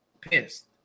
pissed